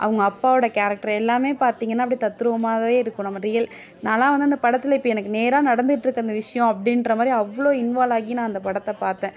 அவங்க அப்பாவோடய கேரக்ட்ரு எல்லாமே பார்த்திங்கன்னா அப்படியே தத்ரூவமாகவே இருக்கும் நம்ம ரியல் நாலாம் வந்து அந்த படத்தில் இப்போ எனக்கு நேராக நடந்துட்டுருக்கு அந்த விஷயம் அப்படின்ற மாதிரி அவ்வளோ இன்வால்வ் ஆகி நான் அந்த படத்தை பார்த்தேன்